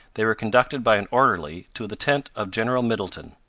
they were conducted by an orderly to the tent of general middleton,